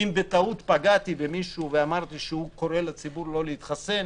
אם בטעות פגעתי במישהו ואמרתי שהוא קורא לציבור לא להתחסן,